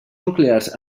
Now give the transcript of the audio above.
nuclears